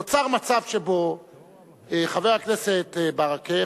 נוצר מצב שבו חבר הכנסת ברכה,